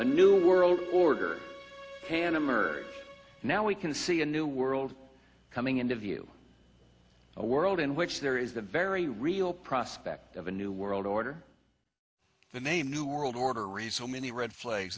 a new world order hannum or now we can see a new world coming into view a world in which there is the very real prospect of a new world order the name new world order race on many red flags